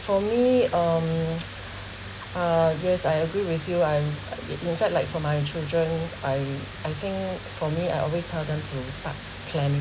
for me um uh yes I agree with you I'm in fact like for my children I I think for me I always tell them to start plan